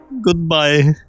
goodbye